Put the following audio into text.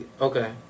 Okay